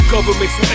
Governments